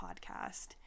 podcast